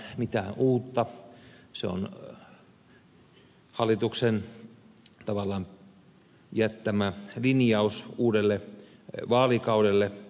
se on tavallaan hallituksen jättämä linjaus uudelle vaalikaudelle